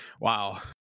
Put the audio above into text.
wow